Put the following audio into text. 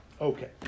Okay